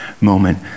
moment